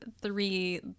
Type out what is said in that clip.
three